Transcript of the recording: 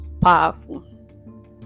powerful